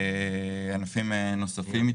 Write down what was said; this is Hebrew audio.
וייתכן שגם ענפים נוספים.